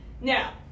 Now